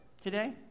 today